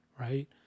right